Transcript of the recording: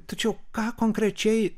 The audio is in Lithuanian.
tačiau ką konkrečiai